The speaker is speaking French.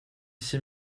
six